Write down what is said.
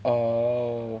oh